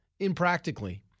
impractically